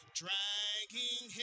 dragging